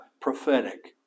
Prophetic